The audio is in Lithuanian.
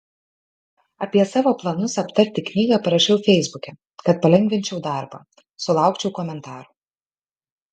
apie savo planus aptarti knygą parašiau feisbuke kad palengvinčiau darbą sulaukčiau komentarų